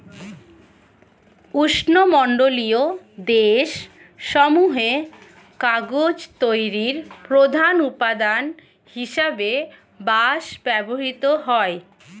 উষ্ণমণ্ডলীয় দেশ সমূহে কাগজ তৈরির প্রধান উপাদান হিসেবে বাঁশ ব্যবহৃত হয়